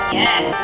yes